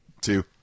Two